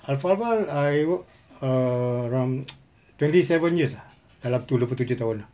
alfa laval I work around uh twenty seven years ah dalam tu dua puluh tujuh lah